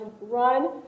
run